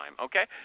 Okay